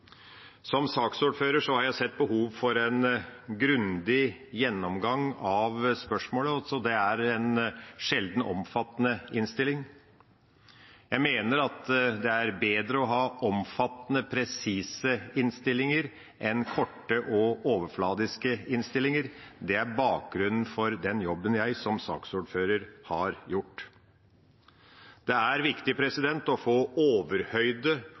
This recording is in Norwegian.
Som saksordfører har jeg sett behov for en grundig gjennomgang av spørsmål, så det er en sjeldent omfattende innstilling. Jeg mener at det er bedre å ha omfattende og presise innstillinger enn korte og overflatiske innstillinger. Det er bakgrunnen for den jobben jeg som saksordfører har gjort. Det er viktig å få overhøyde